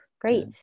Great